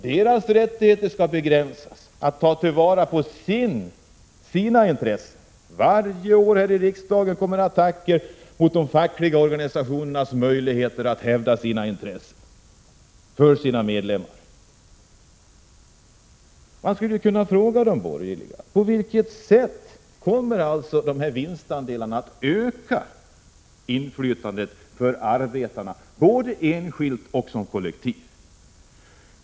De borgerliga avslöjar sig också när de varje år här i riksdagen kommer med attacker mot de fackliga organisationernas möjligheter att hävda medlemmarnas intressen. Man kan fråga de borgerliga: På vilket sätt kommer vinstandelarna att öka arbetarnas inflytande, enskilt och som kollektiv?